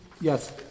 Yes